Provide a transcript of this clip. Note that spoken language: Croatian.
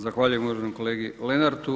Zahvaljujem uvaženom kolegi Lenartu.